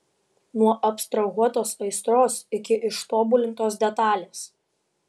nuo abstrahuotos aistros iki ištobulintos detalės